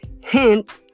Hint